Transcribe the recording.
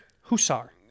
Hussar